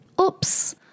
Oops